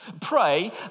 Pray